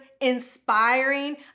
inspiring